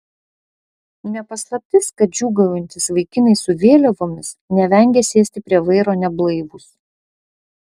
ne paslaptis kad džiūgaujantys vaikinai su vėliavomis nevengia sėsti prie vairo neblaivūs